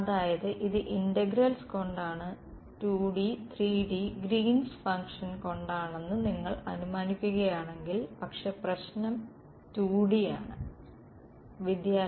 അതായത് ഇത് ഇന്റഗ്രൽസ് കൊണ്ടാണ് 2D 3D ഗ്രീൻസ് ഫങ്ങ്ഷൻ കൊണ്ടാണെന്ന് നിങ്ങൾ അനുമാനിക്കുകയാണെങ്കിൽ പക്ഷെ പ്രശനം 2D ആണ്